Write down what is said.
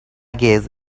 guess